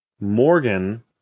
Morgan